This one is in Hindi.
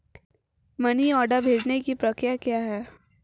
मनी ऑर्डर भेजने की प्रक्रिया क्या है?